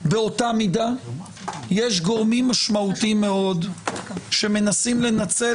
באותה מידה יש גורמים משמעותיים מאוד שמנסים לנצל